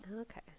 okay